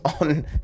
on